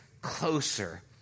closer